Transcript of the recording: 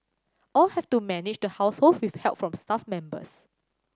all have to manage the household with help from staff members